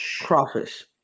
Crawfish